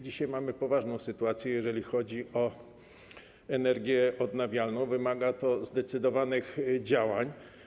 Dzisiaj mamy poważną sytuację, jeżeli chodzi o energię odnawialną, wymaga to zdecydowanych działań.